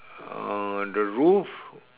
uh the roof